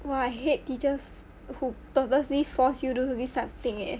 !wah! I hate teachers who purposely force you do this kind of thing eh